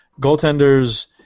goaltenders